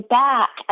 back